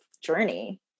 journey